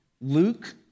Luke